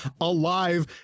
alive